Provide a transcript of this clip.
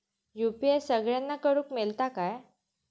UPI सगळ्यांना करुक मेलता काय?